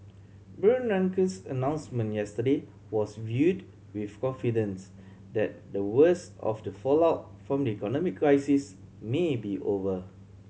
Bernanke's announcement yesterday was viewed with confidence that the worst of the fallout from the economic crisis may be over